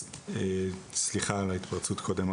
אז סליחה על ההתפרצות קודם,